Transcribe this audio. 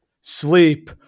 sleep